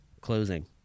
closing